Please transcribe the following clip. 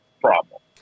problem